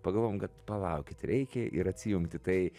pagalvojam kad palaukit reikia ir atsijungti tai